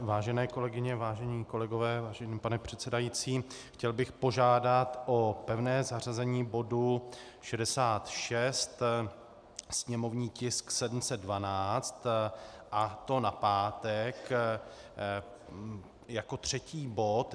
Vážené kolegyně, vážení kolegové, vážený pane předsedající, chtěl bych požádat o pevné zařazení bodu 66, sněmovní tisk 712, a to na pátek jako třetí bod.